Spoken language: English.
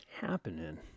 happening